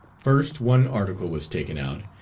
first one article was taken out,